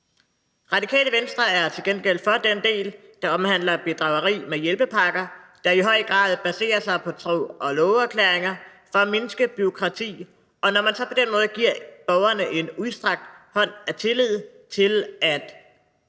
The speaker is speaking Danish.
Radikale Venstre er til gengæld for den del, der omhandler bedrageri med hjælpepakker, der i høj grad baserer sig på tro og love-erklæringer for at mindske bureaukrati. Og når man på den måde i tillid giver borgerne en udstrakt hånd til at